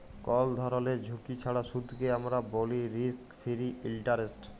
call ধরলের ঝুঁকি ছাড়া সুদকে আমরা ব্যলি রিস্ক ফিরি ইলটারেস্ট